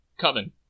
Coven